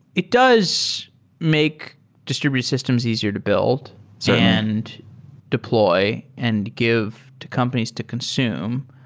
it does make distributed systems easier to build and deploy and give to companies to consume.